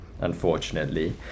unfortunately